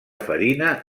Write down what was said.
farina